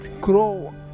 grow